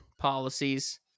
policies